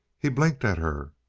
he blinked at her,